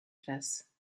classe